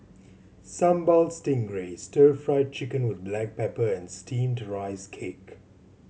Sambal Stingray Stir Fried Chicken with black pepper and Steamed Rice Cake